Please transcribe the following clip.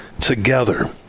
together